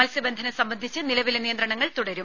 മത്സ്യബന്ധനം സംബന്ധിച്ച് നിലവിലെ നിയന്ത്രണങ്ങൾ തുടരും